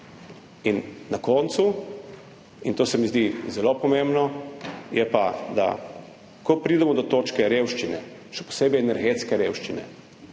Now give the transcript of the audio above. In na koncu, in to se mi zdi zelo pomembno, je pa, da ko pridemo do točke revščine, še posebej energetske revščine,